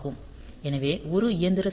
எனவே ஒரு இயந்திர சுழற்சி 921